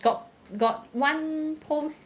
got got one post